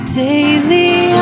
daily